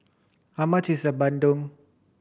how much is the bandung